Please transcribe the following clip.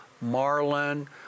marlin